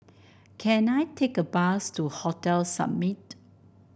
can I take a bus to Hotel Summit